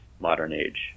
modern-age